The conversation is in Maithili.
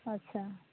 अच्छा